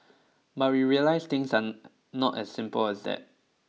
but we realized things are not as simple as that